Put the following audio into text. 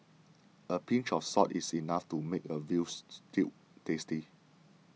a pinch of salt is enough to make a veal stew tasty